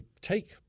take